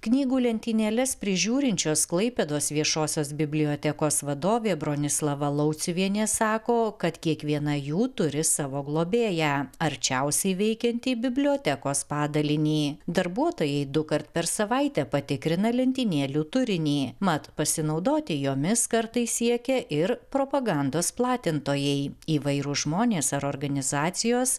knygų lentynėles prižiūrinčios klaipėdos viešosios bibliotekos vadovė bronislava lauciuvienė sako kad kiekviena jų turi savo globėją arčiausiai veikiantį bibliotekos padalinį darbuotojai dukart per savaitę patikrina lentynėlių turinį mat pasinaudoti jomis kartais siekia ir propagandos platintojai įvairūs žmonės ar organizacijos